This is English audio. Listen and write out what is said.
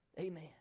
Amen